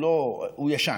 הוא ישן,